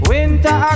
Winter